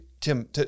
Tim